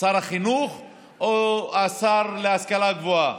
שר החינוך או השר להשכלה הגבוהה,